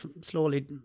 slowly